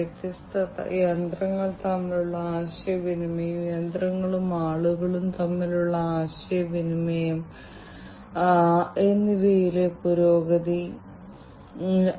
വ്യത്യസ്ത സെൻസറുകളും IIoT സാങ്കേതികവിദ്യകളും ഉപയോഗിച്ച് ഗ്യാസ് നിരീക്ഷണത്തിന്റെ വളരെ ലളിതമായ ഒരു പ്രയോഗം നമുക്ക് നോക്കാം